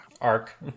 Arc